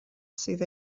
sydd